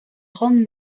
grande